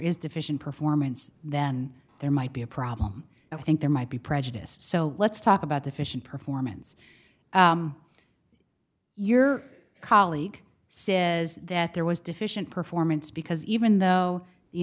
is deficient performance then there might be a problem i think there might be prejudiced so let's talk about the fishing performance your colleague says that there was deficient performance because even though the